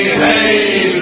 hey